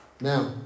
Now